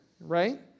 right